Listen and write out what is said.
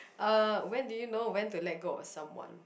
uh when do you know when to let go of someone